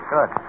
Good